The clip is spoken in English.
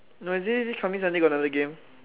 no they say this coming Sunday got another game